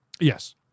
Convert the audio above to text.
Yes